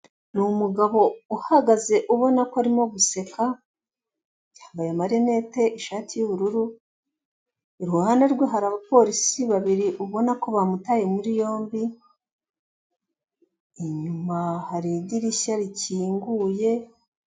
Ni umugabo uhagaze ubona ko arimo guseka yambaye amarinete, ishati y' ubururu iruhande rwe hari abapolisi babiri ubona ko bamutaye muri yombi inyuma hari idirishya rikinguye.